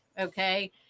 okay